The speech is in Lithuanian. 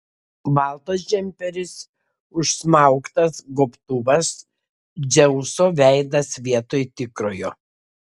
baltas džemperis užsmauktas gobtuvas dzeuso veidas vietoj tikrojo